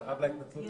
אתה חייב לה התנצלות.